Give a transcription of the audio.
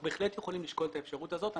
אנחנו בהחלט יכולים לשקול את האפשרות הזאת.